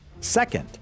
Second